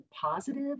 positive